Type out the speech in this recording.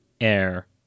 air